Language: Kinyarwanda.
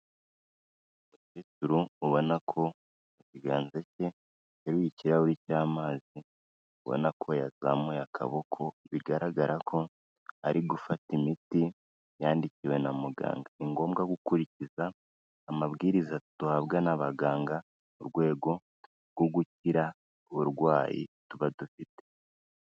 Umukecuru ubona ko mu kiganza cye yariye ikirahuri cy'amazi, ubona ko yazamuye akaboko bigaragara ko ari gufata imiti yandikiwe na muganga, ni ngombwa gukurikiza amabwiriza duhabwa n'abaganga, mu rwego rwo gukira uburwayi tuba dufite.